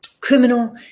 criminal